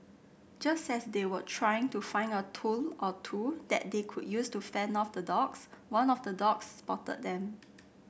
just as they were trying to find a tool or two that they could use to fend off the dogs one of the dogs spotted them